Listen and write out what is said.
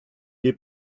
est